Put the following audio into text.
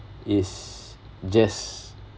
is just